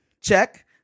Check